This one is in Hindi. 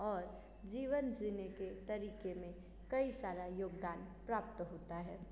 और जीवन जीने के तरीक़े में कई सारा योगदान प्राप्त होता है